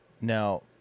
Now